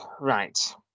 Right